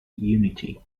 unity